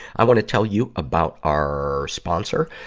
i wanna tell you about our sponsor.